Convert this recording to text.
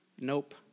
nope